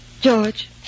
George